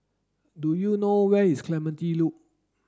do you know where is Clementi Loop